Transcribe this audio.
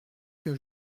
que